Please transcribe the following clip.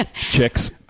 Chicks